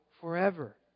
forever